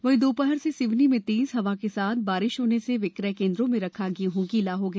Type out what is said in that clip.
वही दोपहर से सिवनी में तेज हवा के साथ बारिश होने से विक्रय केंद्रो में रखा गेहूं गीला हो गया